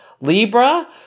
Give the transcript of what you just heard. Libra